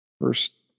first